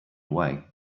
away